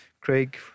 Craig